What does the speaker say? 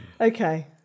Okay